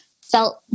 felt